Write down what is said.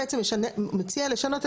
אנחנו חושבים שזה בעצם יאפשר את